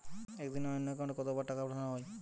একদিনে অন্য একাউন্টে কত বার টাকা পাঠানো য়ায়?